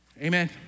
Amen